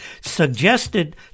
suggested